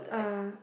uh